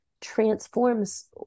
transforms